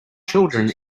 children